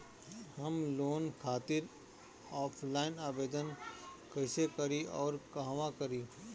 हम लोन खातिर ऑफलाइन आवेदन कइसे करि अउर कहवा करी?